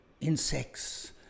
insects